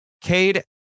Cade